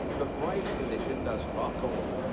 the brace position does fuck all.